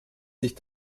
sich